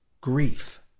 grief